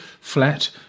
flat